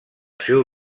seu